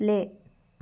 play